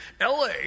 LA